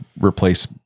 replace